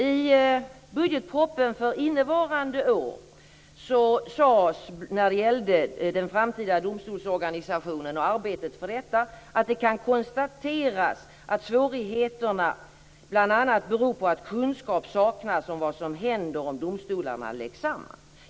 I budgetpropositionen för innevarande år sades beträffande arbetet med den framtida domstolsorganisationen att det kan konstateras att svårigheterna bl.a. beror på att kunskap saknas om vad som händer om domstolarna läggs samman.